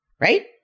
right